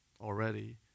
already